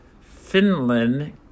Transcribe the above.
Finland